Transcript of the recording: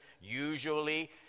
Usually